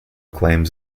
claims